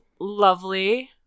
lovely